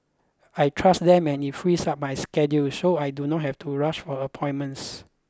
I trust them and it frees up my schedule so I do not have to rush for appointments